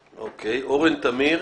ברק, אורן תמיר,